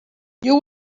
you